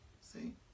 see